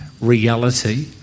reality